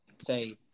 say